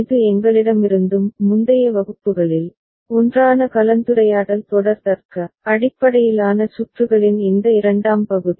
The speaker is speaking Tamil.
இது எங்களிடமிருந்தும் முந்தைய வகுப்புகளில் ஒன்றான கலந்துரையாடல் தொடர் தர்க்க அடிப்படையிலான சுற்றுகளின் இந்த இரண்டாம் பகுதி